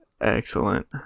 Excellent